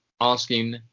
asking